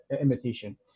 imitation